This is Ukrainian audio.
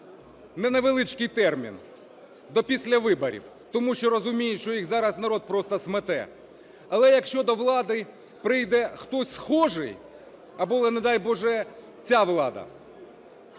на невеличкий термін, до післявиборів, тому що розуміють, що їх зараз народ просто змете. Але якщо до влади прийде хтось схожий, або, не дай Боже, ця влада,